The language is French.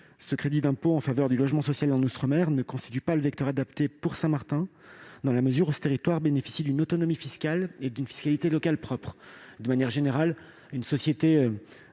du crédit d'impôt en faveur du logement social en outre-mer. Cependant, celui-ci ne constitue pas le vecteur adapté pour Saint-Martin, dans la mesure où ce territoire bénéficie d'une autonomie fiscale et d'une fiscalité locale propre. De manière générale, une société